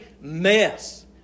mess